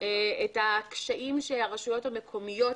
את הקשיים שהרשויות המקומיות,